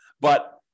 But-